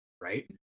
right